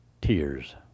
tears